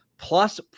Plus